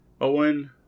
Owen